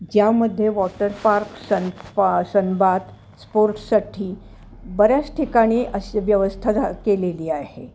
ज्यामध्ये वॉटरपार्क सन प सनबात स्पोर्ट्ससाठी बऱ्याच ठिकाणी अशी व्यवस्था झा केलेली आहे